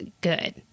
good